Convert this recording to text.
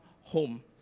Home